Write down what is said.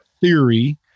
theory